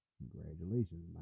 congratulations